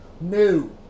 new